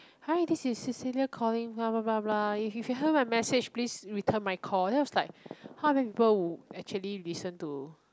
hi this is cecillia calling blah blah blah blah if you have heard my message please return my call it was like how many people would actually listen to